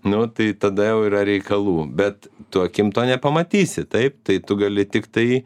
nu tai tada jau yra reikalų bet tu akim to nepamatysi taip tai tu gali tiktai